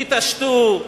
תתעשתו,